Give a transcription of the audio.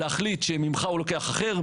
להחליט שממך הוא לוקח אחרת,